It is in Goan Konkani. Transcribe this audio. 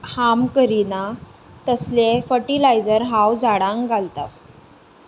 हार्म करीनात तसलें फर्टिलायजर हांव झाडांक घालतां